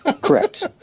Correct